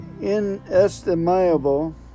inestimable